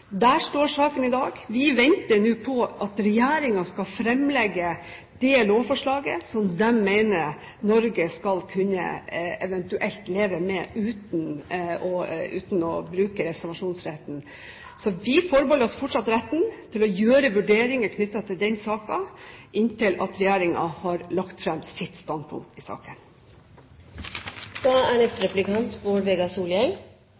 Der står saken i dag. Vi venter nå på at regjeringen skal fremlegge det lovforslaget som den mener Norge eventuelt skal kunne leve med uten å bruke reservasjonsretten. Vi forbeholder oss fortsatt retten til å gjøre vurderinger knyttet til den saken inntil regjeringen har lagt fram sitt standpunkt. Replikkordskiftet er